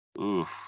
oof